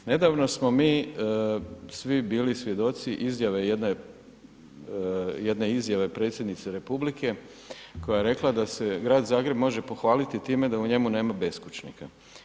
Nedavno smo mi svi bili svjedoci izjave jedne, jedne izjave predsjednice republike koja je rekla da se Grad Zagreb može pohvaliti time da u njemu nema beskućnika.